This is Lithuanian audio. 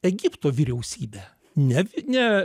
egipto vyriausybę nev ne